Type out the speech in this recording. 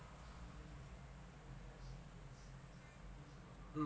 mm